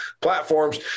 platforms